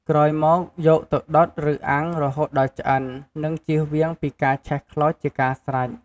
ក្រោយមកយកទៅដុតឬអាំងរហូតដល់ឆ្អិន និងជៀសវាងពីការឆេះខ្លោចជាការស្រេច។